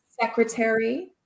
secretary